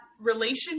relationship